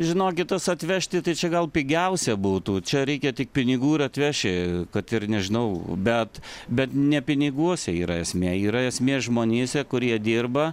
žinokit tas atvežti tai čia gal pigiausia būtų čia reikia tik pinigų ir atveši kad ir nežinau bet bet ne piniguose yra esmė yra esmė žmonėse kurie dirba